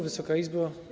Wysoka Izbo!